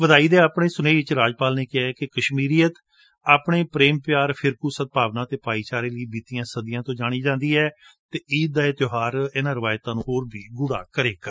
ਵਧਾਈ ਦੇ ਆਪਣੇ ਸੁਨੇਹੇ ਵਿਚ ਰਾਜਪਾਲ ਨੇ ਕਿਹੈ ਕਿ ਕਸ਼ਮੀਰੀਅਤ ਆਪਣੇ ਪ੍ਰੇਮ ਪਿਆਰ ਫਿਰਕੁ ਸਦਭਾਵਨਾ ਅਤੇ ਭਾਈਚਾਰੇ ਲਈ ਬੀਤੀਆ ਸਦੀਆਂ ਤੋਂ ਜਾਣੀ ਜਾਂਦੀ ਏ ਅਤੇ ਈਦ ਦਾ ਇਹ ਤਿਉਹਾਰ ਇਨਾਂ ਰਿਵਾਇਤਾ ਨੂੰ ਹੋਰ ਵੀ ਗੁੜਾ ਕਰੇਗਾ